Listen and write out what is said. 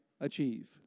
achieve